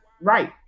right